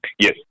Yes